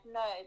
no